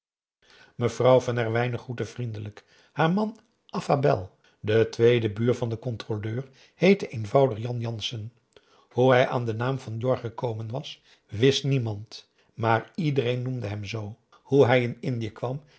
mevrouw van herwijnen groette vriendelijk haar man affabel de tweede buur van den controleur heette eenvoudig jan jansen hoe hij aan den naam van jorg gekomen was wist niemand maar iedereen noemde hem zoo hoe hij in indië kwam